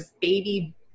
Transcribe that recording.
baby